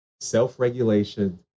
Self-regulation